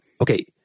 okay